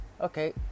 Okay